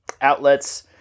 outlets